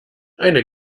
eine